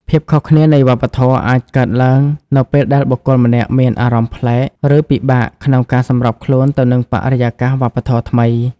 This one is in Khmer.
ភាពខុសគ្នានៃវប្បធម៌ អាចកើតឡើងនៅពេលដែលបុគ្គលម្នាក់មានអារម្មណ៍ប្លែក ឬពិបាកក្នុងការសម្របខ្លួនទៅនឹងបរិយាកាសវប្បធម៌ថ្មី។